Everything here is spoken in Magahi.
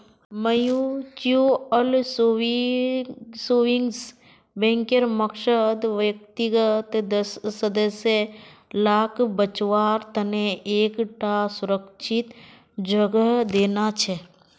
म्यूच्यूअल सेविंग्स बैंकेर मकसद व्यक्तिगत सदस्य लाक बच्वार तने एक टा सुरक्ष्हित जोगोह देना छे